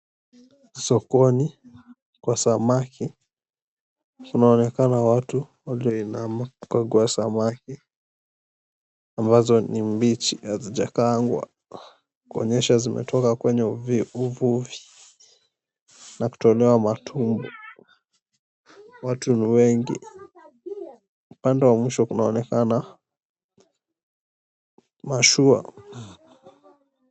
Sokoni kwa samaki kunaonekana watu walioinama kukagua samaki ambazo ni mbichi hazijakaangwa, kuonyesha zimetoka kwenye uvuvi na kutolewa matumbo, watu ni wengi. Upande wa mwisho kunaonekana mashua.